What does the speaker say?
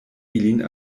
ilin